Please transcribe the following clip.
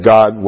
God